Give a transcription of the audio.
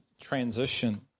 transition